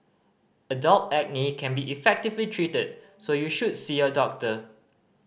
adult acne can be effectively treated so you should see your doctor